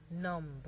number